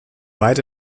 weit